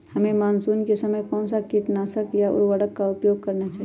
हमें मानसून के समय कौन से किटनाशक या उर्वरक का उपयोग करना चाहिए?